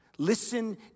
Listen